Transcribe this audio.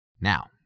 now